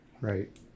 Right